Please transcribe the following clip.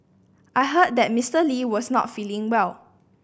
I heard that Mister Lee was not feeling well